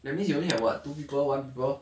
that means you only have what two people one people